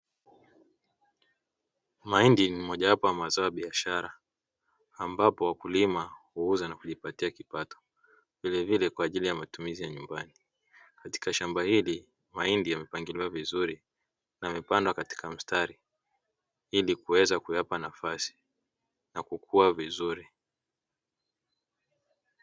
Mahindi ni zao mojawapo la biashara ambapo wakulima huuza na kijipatia kipato, vilevile kwa ajili ya matumizi ya nyumbani. Katika shamba hili mahindi yamepangiliwa vizuri, yamepandwa katika mstari, ili kuweza kuyapa nafasi na kukua vizuri.